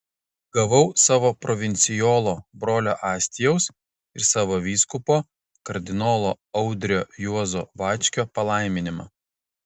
gavau savo provincijolo brolio astijaus ir savo vyskupo kardinolo audrio juozo bačkio palaiminimą